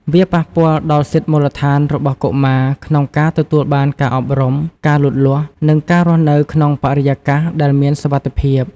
វាប៉ះពាល់ដល់សិទ្ធិមូលដ្ឋានរបស់កុមារក្នុងការទទួលបានការអប់រំ ការលូតលាស់ និងការរស់នៅក្នុងបរិយាកាសដែលមានសុវត្ថិភាព។